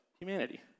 humanity